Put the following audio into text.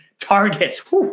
targets